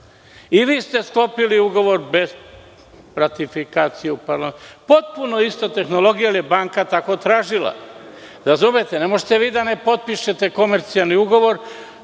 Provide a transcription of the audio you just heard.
I vi ste sklopili ugovor bez ratifikacije. To je potpuno ista tehnologija, ali je banka tako tražila. Razumete, ne možete vi da ne potpišete komercijalni ugovor.